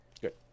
Good